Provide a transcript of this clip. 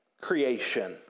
creation